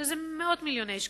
שזה מאות מיליוני שקלים.